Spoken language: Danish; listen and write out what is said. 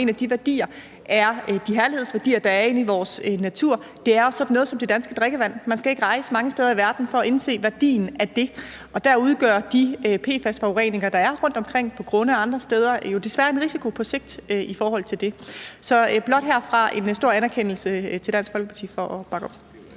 er de herlighedsværdier, der er i vores natur, og det er jo sådan noget som det danske drikkevand. Man skal ikke rejse mange steder i verden for at indse værdien af det, og der udgør de PFAS-forureninger, der er rundtomkring på grunde og andre steder, jo desværre på sigt en risiko i forhold til det. Så der er blot herfra en stor anerkendelse til Dansk Folkeparti for at bakke op.